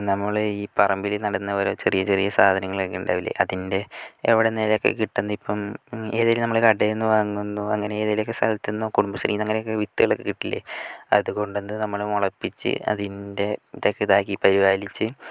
നമ്മള് ഈ പറമ്പില് നടുന്ന ഓരോ ചെറിയ ചെറിയ സാധനങ്ങളൊക്കെ ഉണ്ടാവില്ലേ അതിന്റെ എവിടെന്നേലുമൊക്കെ കിട്ടുന്ന ഇപ്പം എതേലും നമ്മള് കടേന്ന് വാങ്ങുന്നു അങ്ങനെ ഏതെങ്കിലും ഒക്കെ സ്ഥലത്ത് നിന്ന് കുടുംബസ്ത്രീയിൽ നിന്നോ അങ്ങനെയൊക്കെ വിത്തുകളൊക്കെ കിട്ടില്ലേ അത് കൊണ്ടുവന്ന് നമ്മള് മുളപ്പിച്ച് അതിന്റെ ഇതൊക്ക ഇതാക്കി പരിപാലിച്ച്